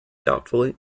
doubtfully